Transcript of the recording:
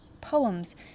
poems